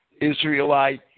Israelite